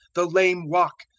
the lame walk,